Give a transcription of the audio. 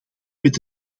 met